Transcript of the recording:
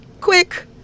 Quick